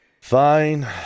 Fine